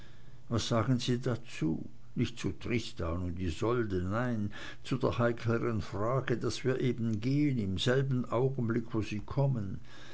was sagen sie dazu nicht zu tristan und isolde nein zu der heikleren frage daß wir eben gehen im selben augenblick wo sie kommen